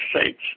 states